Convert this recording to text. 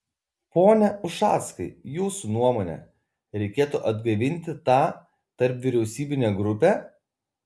pone ušackai jūsų nuomone reikėtų atgaivinti tą tarpvyriausybinę grupę